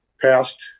passed